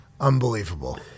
Unbelievable